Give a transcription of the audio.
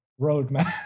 Roadmap